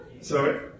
Sorry